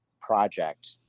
project